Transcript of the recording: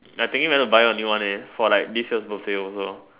I thinking whether to buy a new one leh for like this year birthday also